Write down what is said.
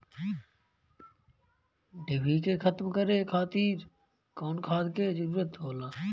डिभी के खत्म करे खातीर कउन खाद के जरूरत होला?